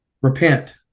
repent